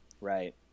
Right